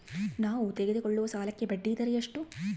ನಾವು ತೆಗೆದುಕೊಳ್ಳುವ ಸಾಲಕ್ಕೆ ಬಡ್ಡಿದರ ಎಷ್ಟು?